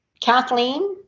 Kathleen